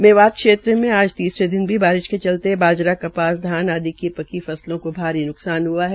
मेवात क्षेत्रमें आज तीसरे दिन भी बारिश के चलते बाजरा कपास धान आदि की पकी फसलों को भारी न्कसान हुआ है